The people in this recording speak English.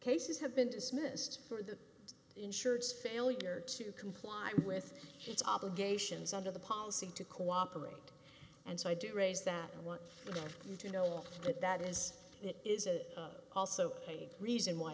cases have been dismissed for the insurance failure to comply with its obligations under the policy to cooperate and so i do raise that i want you to know that that is that is a also a reason why